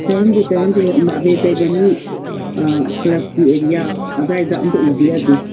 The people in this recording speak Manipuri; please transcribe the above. ꯇꯩꯍꯟꯗꯦ ꯇꯩꯍꯟꯗꯦ ꯑꯕꯦꯔ ꯇꯩꯕ ꯃꯤ ꯀ꯭ꯂꯕꯀꯤ ꯑꯦꯔꯤꯌꯥ ꯑꯗꯥꯏꯗ ꯑꯝꯇ ꯎꯕ ꯌꯥꯗꯦ